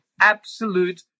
absolute